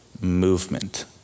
movement